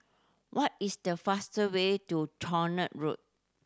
what is the faster way to Tronoh Road